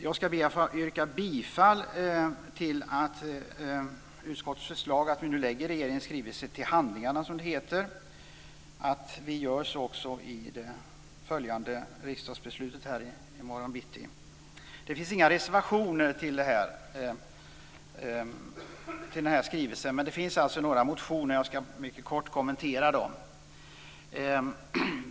Jag skall be att få yrka bifall till utskottets förslag att vi lägger regeringens skrivelse till handlingarna, som det heter, i det riksdagsbeslut som följer i morgon bitti. Det finns inga reservationer till det här betänkandet, men det finns alltså några motioner. Jag skall mycket kort kommentera dem.